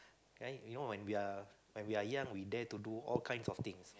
ya you know when we are young we dare to do all kinds of things